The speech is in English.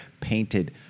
painted